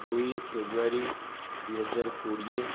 ଦୁଇ ଫ୍ରେବୃଆରି ଦୁଇ ହଜାର କୋଡ଼ିଏ